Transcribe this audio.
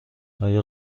آیا